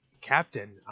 Captain